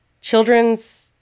children's